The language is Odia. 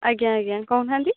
ଆଜ୍ଞା ଆଜ୍ଞା କହୁନାହାନ୍ତି